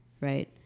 Right